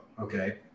Okay